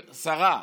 שרה,